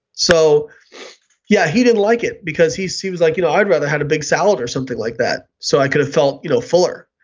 so yeah, he didn't like it because he seems like, you know i'd rather had a big salad or something like that so i could have felt you know fuller.